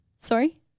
Sorry